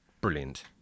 brilliant